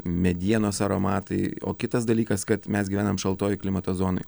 medienos aromatai o kitas dalykas kad mes gyvenam šaltoj klimato zonoj